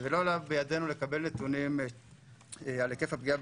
לא עלה בידינו לקבל נתונים על היקף הפגיעה